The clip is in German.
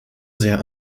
sehr